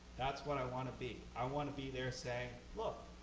that's what i want to be. i want to be there saying, look,